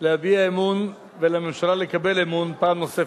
להביע אמון ולממשלה לקבל אמון, פעם נוספת.